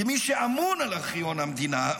כמי שאמון על ארכיון המדינה,